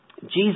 Jesus